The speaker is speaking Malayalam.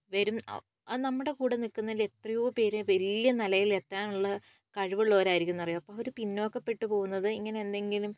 വരുന്ന നമ്മുടെ കൂടെ നിൽക്കുന്നതിൽ എത്രയോ പേര് വല്യ നിലയിൽ എത്താനുള്ള കഴിവുള്ളവരായിരിക്കുമെന്ന് അറിയുമോ അപ്പോൾ അവര് പിന്നോക്കപ്പെട്ടു പോകുന്നത് ഇങ്ങനെ എന്തെങ്കിലും